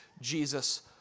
Jesus